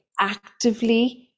actively